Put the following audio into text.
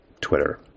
Twitter